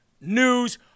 News